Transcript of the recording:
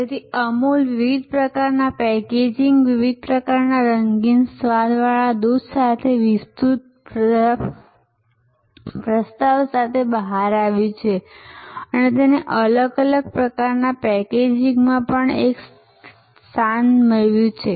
તેથી અમૂલ વિવિધ પ્રકારના પેકેજિંગ વિવિધ પ્રકારના રંગીન સ્વાદવાળા દૂધ સાથે વિસ્તૃત પ્રસ્તાવ સાથે બહાર આવ્યું છે અને તેને અલગ અલગ પ્રકારના પેકેજિંગમાં પણ એક તરીકે સ્થાન આપ્યું છે